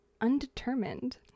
undetermined